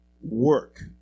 work